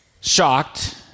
shocked